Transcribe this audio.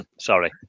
Sorry